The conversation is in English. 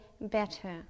better